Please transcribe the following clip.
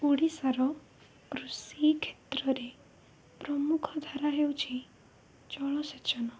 ଓଡ଼ିଶାର କୃଷି କ୍ଷେତ୍ରରେ ପ୍ରମୁଖ ଧାରା ହେଉଛି ଜଳସେଚନ